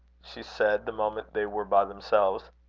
she said, the moment they were by themselves.